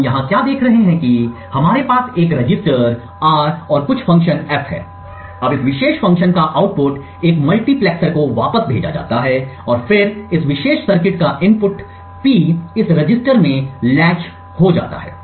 तो हम यहाँ क्या देख रहे हैं कि हमारे पास एक रजिस्टर R और कुछ फ़ंक्शन F है अब इस विशेष फ़ंक्शन का आउटपुट एक मल्टीप्लेक्सर को वापस भेजा जाता है और फिर इस विशेष सर्किट का इनपुट P इस रजिस्टर में लेचद हो जाता है